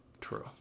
True